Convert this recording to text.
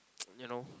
you know